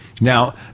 Now